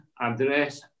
address